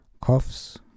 coughs